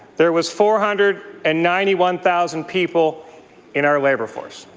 there was four hundred and ninety one thousand people in our labour force.